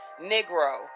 Negro